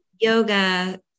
yoga